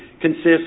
consists